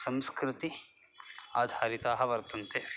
संस्कृति आधारिताः वर्तन्ते